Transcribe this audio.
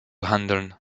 handeln